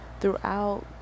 Throughout